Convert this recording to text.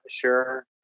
sure